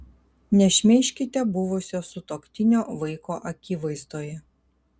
nešmeižkite buvusio sutuoktinio vaiko akivaizdoje